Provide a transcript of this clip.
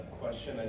question